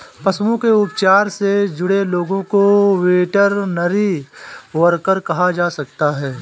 पशुओं के उपचार से जुड़े लोगों को वेटरनरी वर्कर कहा जा सकता है